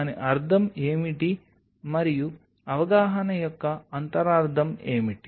దాని అర్థం ఏమిటి మరియు అవగాహన యొక్క అంతరార్థం ఏమిటి